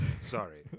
Sorry